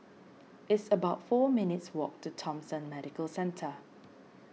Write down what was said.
it's about four minutes' walk to Thomson Medical Centre